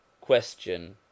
Question